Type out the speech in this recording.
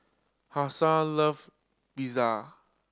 Hasel love Pizza